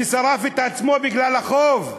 ששרף את עצמו בגלל החוב?